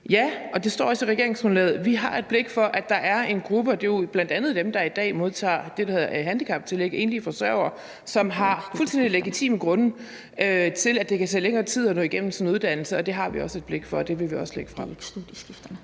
og det står også i regeringsgrundlaget, har vi et blik for, at der er en gruppe – f.eks. enlige forsørgere og dem, der i dag modtager det, der hedder handicaptillæg – som har fuldstændig legitime grunde til, at det kan tage længere tid at nå igennem deres uddannelse. Det har vi også har et blik for, og det vil vi også lægge frem.